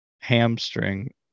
hamstring